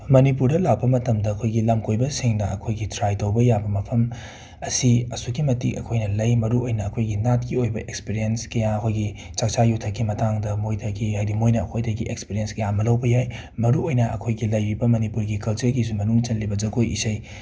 ꯃꯥꯅꯤꯄꯨꯔꯗ ꯂꯥꯛꯄ ꯃꯇꯝꯗ ꯑꯩꯈꯣꯏꯒꯤ ꯂꯝꯀꯣꯏꯕꯁꯤꯡꯅ ꯑꯩꯈꯣꯏꯒꯤ ꯇ꯭ꯔꯥꯏ ꯇꯧꯕ ꯌꯥꯕ ꯃꯐꯝ ꯑꯁꯤ ꯑꯁꯨꯛꯀꯤ ꯃꯇꯤꯛ ꯑꯩꯈꯣꯏꯅ ꯂꯩ ꯃꯔꯨ ꯑꯣꯏꯅ ꯑꯩꯈꯣꯏꯒꯤ ꯅꯥꯠꯀꯤ ꯑꯣꯏꯕ ꯑꯦꯛꯁꯄꯤꯔꯦꯟꯁ ꯀꯌꯥ ꯑꯩꯈꯣꯏꯒꯤ ꯆꯥꯛ ꯆꯥ ꯌꯨꯊꯛꯀꯤ ꯃꯇꯥꯡꯗ ꯃꯣꯏꯗꯒꯤ ꯍꯥꯏꯗꯤ ꯃꯣꯏꯅ ꯑꯩꯈꯣꯏꯗꯒꯤ ꯑꯦꯛꯁꯄꯤꯔꯦꯟꯁ ꯀꯌꯥ ꯑꯃ ꯂꯧꯕ ꯌꯥꯏ ꯃꯔꯨ ꯑꯣꯏꯅ ꯑꯩꯈꯣꯏꯒꯤ ꯂꯩꯔꯤꯕ ꯃꯥꯅꯤꯄꯨꯔꯒꯤ ꯀꯜꯆꯔꯒꯤꯁꯨ ꯃꯥꯅꯨꯡ ꯆꯜꯂꯤꯕ ꯖꯥꯒꯣꯏ ꯏꯁꯩ